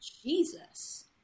Jesus